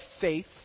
faith